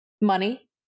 Money